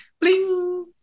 Bling